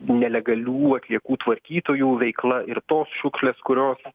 nelegalių atliekų tvarkytojų veikla ir tos šiukšlės kurios